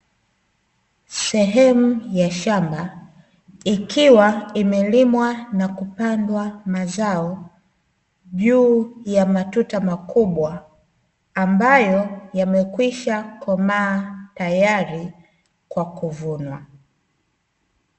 Sehemu ya shamba, ikiwa imelimwa na kupandwa mazao, juu ya matuta makubwa, ambayo yamekwishakomaa tayari kwa kuvunwa.